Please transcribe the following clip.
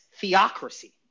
theocracy